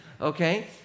Okay